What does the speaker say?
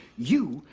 you,